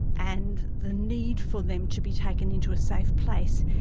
and the need for them to be taken into a safe place.